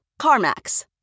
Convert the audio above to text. CarMax